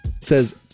Says